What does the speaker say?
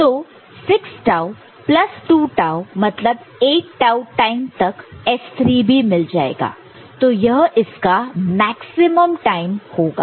तो 6 tau plus 2 tau मतलब 8 tau time तक S3 भी मिल जाएगा तो यह इसका मैक्सिमम टाइम होगा